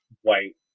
white